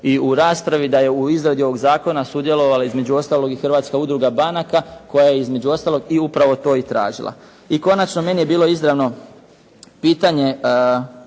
i u raspravi da je u izradi ovog zakona sudjelovala između ostaloga i Hrvatska udruga banaka koja je između ostalog i upravo to i tražila. I konačno meni je bilo izravno pitanje